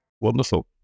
wonderful